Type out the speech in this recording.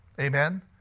amen